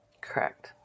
Correct